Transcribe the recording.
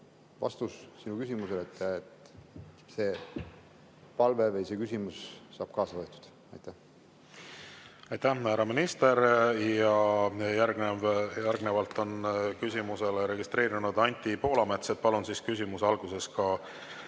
vastus sinu küsimusele on, et see palve või see küsimus saab kaasa võetud. Aitäh, härra minister! Järgnevalt on küsimuse registreerinud Anti Poolamets. Palun küsimuse alguses ka